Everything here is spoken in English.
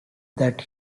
that